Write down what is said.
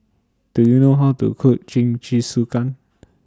Do YOU know How to Cook Jingisukan